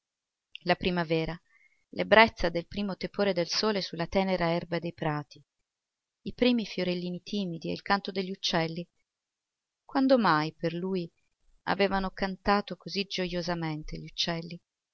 la primavera l'ebbrezza del primo tepore del sole su la tenera erba dei prati i primi fiorellini timidi e il canto degli uccelli quando mai per lui avevano cantato così giojosamente gli uccelli